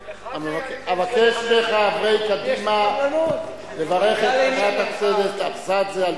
אני מבקש מחברי הכנסת של קדימה לברך את חברת הכנסת אבסדזה על